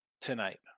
tonight